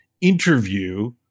interview